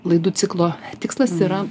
laidų ciklo tikslas yra